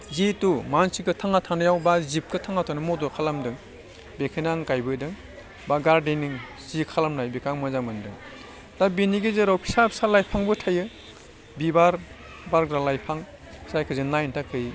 जिहेथु मानसिखौ थांना थानायाव बा जिबखौ थांना थानायाव मदद खालामदों बेखायनो आं गायबोदों बा गार्डेनिं जि खालामनाय बेखौ आं मोजां मोनदों दा बेनि गेजेराव फिसा फिसा लाइफांबो थायो बिबार बारग्रा लाइफां जायखौ जों नायनो थाखाय